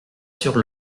sur